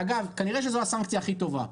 ואגב כנראה שזו הסנקציה הכי טובה,